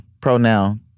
pronoun